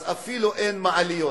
אז אפילו אין מעליות.